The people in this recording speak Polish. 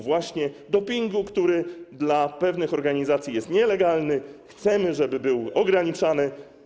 Właśnie dopingu, który dla pewnych organizacji jest nielegalny, co do którego chcemy, żeby był ograniczany.